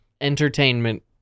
Entertainment